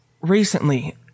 recently